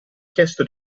chiesto